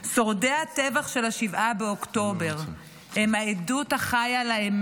שורדי הטבח של 7 באוקטובר הם העדות החיה לאמת,